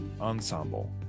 ensemble